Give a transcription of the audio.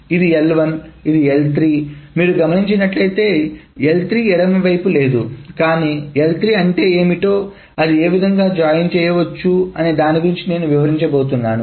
ఇది L1 ఇది L3 మీరు గమనించి నట్లయితే L3ఎడమ వైపునలేదు కానీ L3 అంటేఏమిటో అది ఏ విధముగా జాయిన్ చేయవచ్చు దాని గురించి నేను వివరించబోతున్నాను